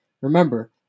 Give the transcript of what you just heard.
Remember